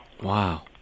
Wow